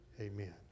amen